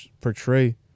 portray